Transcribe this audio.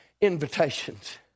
invitations